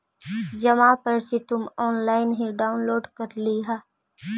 जमा पर्ची तुम ऑनलाइन ही डाउनलोड कर लियह